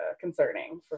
concerning